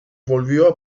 volvió